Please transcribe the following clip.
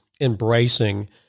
embracing